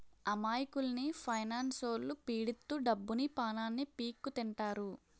అమాయకుల్ని ఫైనాన్స్లొల్లు పీడిత్తు డబ్బుని, పానాన్ని పీక్కుతింటారు